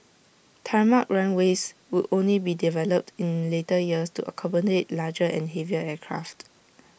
tarmac runways would only be developed in later years to accommodate larger and heavier aircraft